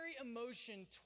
emotion